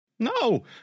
no